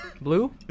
Blue